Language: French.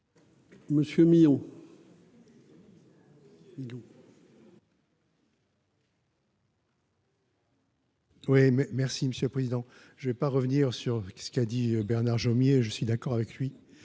Monsieur Millon. Oui, mais merci monsieur le président je vais pas revenir sur ce qu'a dit Bernard Jomier je suis d'accord avec lui